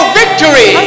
victory